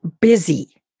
busy